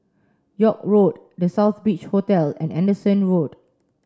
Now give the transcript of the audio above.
York Road The Southbridge Hotel and Anderson Road